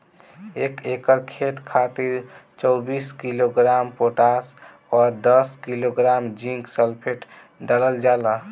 एक एकड़ खेत खातिर चौबीस किलोग्राम पोटाश व दस किलोग्राम जिंक सल्फेट डालल जाला?